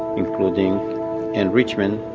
including enrichment,